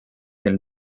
del